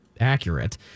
accurate